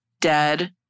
Dead